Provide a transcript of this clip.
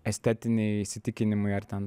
estetiniai įsitikinimai ar ten